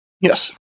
Yes